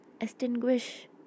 extinguish